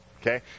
okay